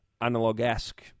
analog-esque